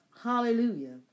Hallelujah